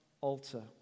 altar